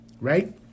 right